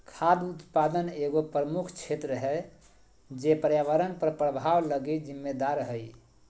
खाद्य उत्पादन एगो प्रमुख क्षेत्र है जे पर्यावरण पर प्रभाव लगी जिम्मेदार हइ